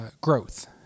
growth